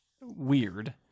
weird